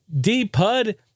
D-Pud